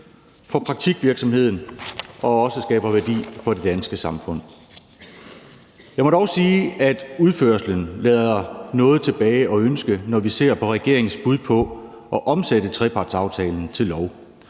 for praktikvirksomheden og også for det danske samfund. Jeg må dog sige, at udførelsen lader noget tilbage at ønske, når vi ser på regeringens bud på at omsætte trepartsaftalen til lov.